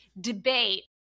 debate